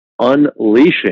unleashing